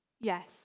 Yes